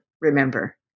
remember